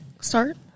start